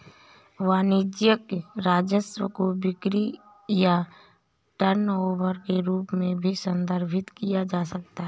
वाणिज्यिक राजस्व को बिक्री या टर्नओवर के रूप में भी संदर्भित किया जा सकता है